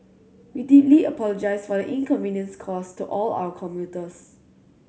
we deeply apologise for the inconvenience caused to all our commuters